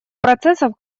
процессов